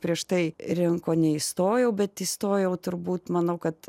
prieš tai rinko neįstojau bet įstojau turbūt manau kad